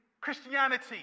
Christianity